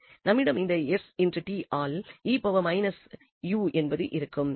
நம்மிடம் இந்த st ஆல் என்பது இருக்கும்